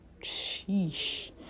sheesh